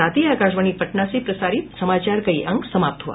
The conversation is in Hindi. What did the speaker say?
इसके साथ ही आकाशवाणी पटना से प्रसारित प्रादेशिक समाचार का ये अंक समाप्त हुआ